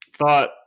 thought